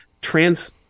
trans